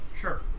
Sure